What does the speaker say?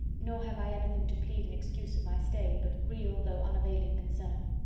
nor have i anything to plead in excuse of my stay, but real, though unavailing concern.